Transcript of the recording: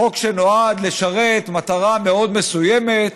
חוק שנועד לשרת מטרה מאוד מסוימת,